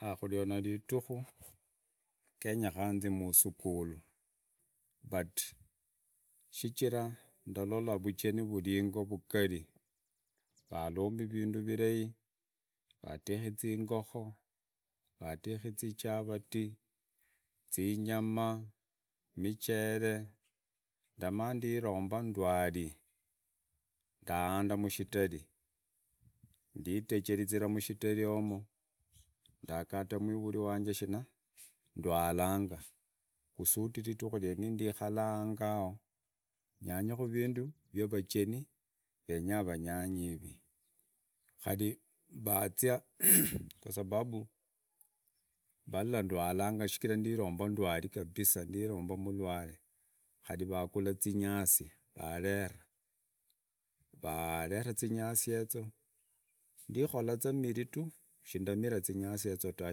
Kario na ridiku genyeka nzi musukura but shichira ndalokaa vucheni vuri yengo vugali, varombi rindu vilai, radenyi zingokoo, vedeki zi chavati zinyama, michele, namandilomba ndwari, ndaanda mashitari, nditecheriza mushitari yomo, ndaagada mwivuri wanje shina, ndwalanga, kusudi ridinu ngenero ndikure ango enao nyanyeku vindu, vya vacheni venya vanyanye givi, khuri vaazia, kwa sababu valla dwalanga shichi ndilomba ndwali kabisa, ndilomba murware, khari vaagura zinyasi, varera, varera zinyasi yezo, ndikola za miri tuu, ndamira zinyasi yezo daa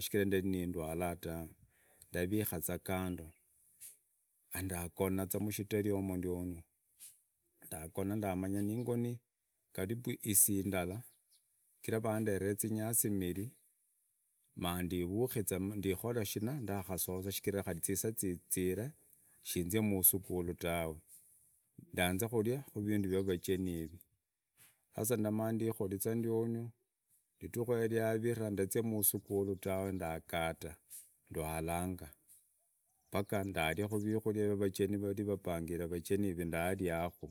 sichira ndari ni dwali tawe ndarika za kando ndagona za mushitari yomo za ndiono, ndagona nimaya ningoni isaa indala shichira vanderee zinyasi miri, maandivukize mu ndikore shina, ndakusosa, kari zisaa zitziree shizia musukulu tawe, ndaanze kulia vindu vya vacheni ivi sasa ndamaa ndikoliza ndiono, ridiku yoro nyapita ndazia musumira tawe ndagada ndwalanga, mbuka ndariaku vikuria vya racheni vari vapangire racheni ndariaku.